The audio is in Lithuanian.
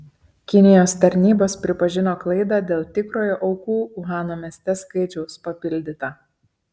kinijos tarnybos pripažino klaidą dėl tikrojo aukų uhano mieste skaičiaus papildyta